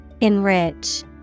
enrich